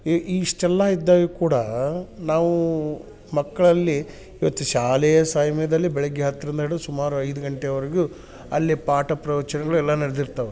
ಈ ಇಷ್ಟೆಲ್ಲ ಇದ್ದಾಗ ಕೂಡಾ ನಾವು ಮಕ್ಕಳಲ್ಲಿ ಇವತ್ತು ಶಾಲೆಯ ಸಾಮಯದಲ್ಲಿ ಬೆಳಗ್ಗೆ ಹತ್ತರಿಂದ ಹಿಡ್ದು ಸುಮಾರು ಐದು ಗಂಟೆವರೆಗೂ ಅಲ್ಲಿ ಪಾಠ ಪ್ರವಚನಗಳು ಎಲ್ಲಾ ನಡ್ದಿರ್ತಾವೆ